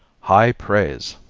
high praise